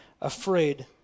afraid